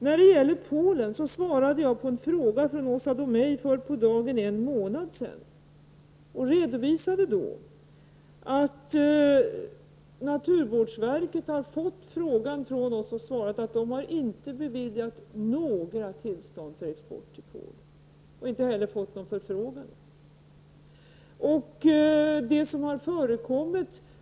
När det gäller Polen svarade jag på en fråga från Åsa Domeij för på dagen en månad sedan och redovisade att naturvårdsverket på regeringens fråga svarat att man inte har beviljat några tillstånd för export till Polen och att man inte heller har fått någon förfrågan.